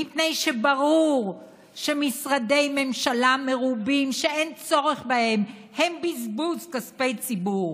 מפני שברור שמשרדי ממשלה מרובים שאין צורך בהם הם בזבוז כספי ציבור.